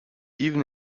even